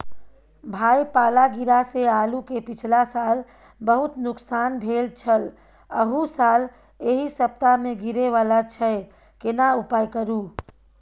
भाई पाला गिरा से आलू के पिछला साल बहुत नुकसान भेल छल अहू साल एहि सप्ताह में गिरे वाला छैय केना उपाय करू?